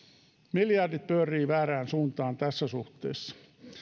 miljardit pyörivät väärään suuntaan tässä suhteessa